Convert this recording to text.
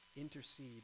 intercede